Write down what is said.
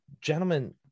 Gentlemen